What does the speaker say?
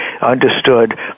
understood